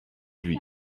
lui